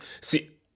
see